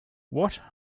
what